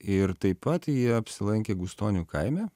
ir taip pat jie apsilankė gustonių kaime